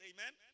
Amen